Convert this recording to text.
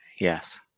Yes